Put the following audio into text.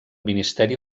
ministeri